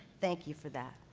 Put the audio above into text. thank you for that.